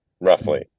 roughly